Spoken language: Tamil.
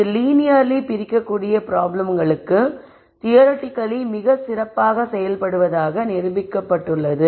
இது லீனியர்லி பிரிக்கக்கூடிய ப்ராப்ளம்களுக்கு தியரிட்டிக்கலி மிகச் சிறப்பாக செயல்படுவதாக நிரூபிக்கப்பட்டுள்ளது